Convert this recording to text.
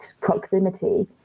proximity